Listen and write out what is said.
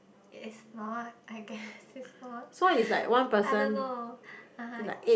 it is not I guess is not I don't know (uh huh)